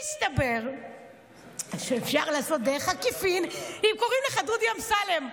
מסתבר שאפשר לעשות דרך עקיפין אם קוראים לך דודי אמסלם.